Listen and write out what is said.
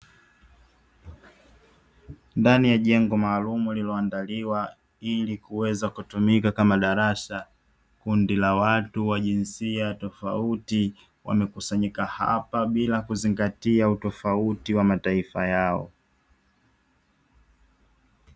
Ndani ya jengo maalum lililoandaliwa ili kuweza kutumika kama darasa, kundi la watu wa jinsia tofauti wamekusanyika hapa bila kuzingatia utofauti wa mataifa yao.